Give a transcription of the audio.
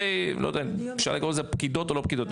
או פקידות,